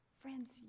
friends